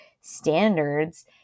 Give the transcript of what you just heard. standards